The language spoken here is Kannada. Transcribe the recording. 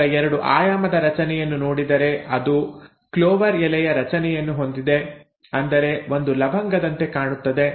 ಅದರ ಎರಡು ಆಯಾಮದ ರಚನೆಯನ್ನು ನೋಡಿದರೆ ಅದು ಕ್ಲೋವರ್ ಎಲೆಯ ರಚನೆಯನ್ನು ಹೊಂದಿದೆ ಅಂದರೆ ಅದು ಲವಂಗದಂತೆ ಕಾಣುತ್ತದೆ